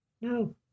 No